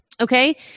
Okay